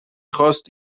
خواست